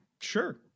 Sure